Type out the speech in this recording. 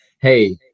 hey